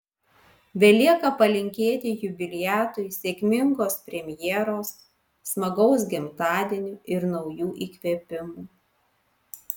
belieka palinkėti jubiliatui sėkmingos premjeros smagaus gimtadienio ir naujų įkvėpimų